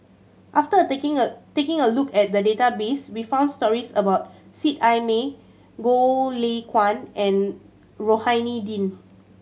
after taking a taking a look at the database we found stories about Seet Ai Mee Goh Lay Kuan and Rohani Din